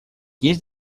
есть